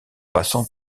passant